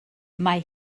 mae